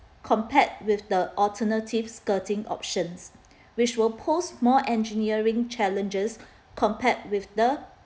compared with the alternative skirting options which will post more engineering challenges compared with the